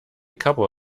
couple